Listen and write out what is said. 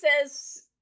says